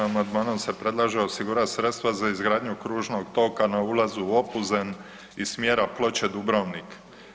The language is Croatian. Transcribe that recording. Amandmanom se predlaže osigurat sredstva za izgradnju kružnog toka na ulazu u Opuzen iz smjera Ploče-Dubrovnik.